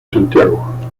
santiago